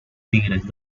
tigres